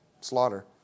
Slaughter